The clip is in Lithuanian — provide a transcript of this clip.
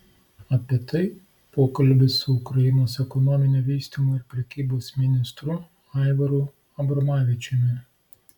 apie tai pokalbis su ukrainos ekonominio vystymo ir prekybos ministru aivaru abromavičiumi